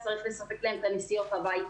אז צריך לספק להם את הנסיעות הביתה.